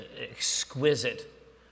exquisite